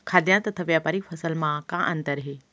खाद्यान्न तथा व्यापारिक फसल मा का अंतर हे?